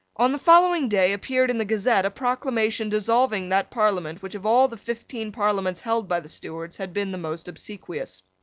on the following day appeared in the gazette a proclamation dissolving that parliament which of all the fifteen parliaments held by the stuarts had been the most obsequious.